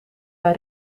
bij